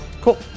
Cool